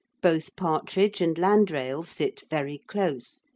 both partridge and landrail sit very close,